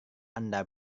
anda